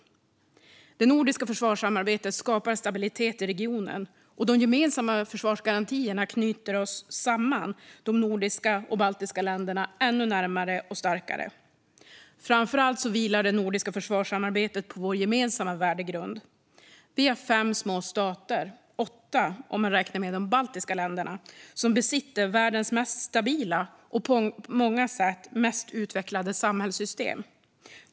Det nordiska försvarssamarbetet skapar stabilitet i regionen, och de gemensamma försvarsgarantierna knyter samman de nordiska och baltiska länderna ännu närmare och starkare. Framför allt vilar det nordiska försvarssamarbetet på vår gemensamma värdegrund. Vi är fem små stater - åtta om man räknar med de baltiska länderna - som besitter världens mest stabila och på många sätt mest utvecklade samhällssystem.